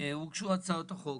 הוגשו הצעות החוק.